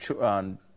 on